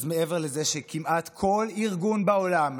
אז מעבר לזה שכמעט כל ארגון בעולם,